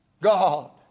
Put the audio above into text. God